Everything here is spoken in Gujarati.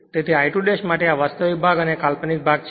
તેથી I2 માટે આ વાસ્તવિક ભાગ અને આ કાલ્પનિક ભાગ છે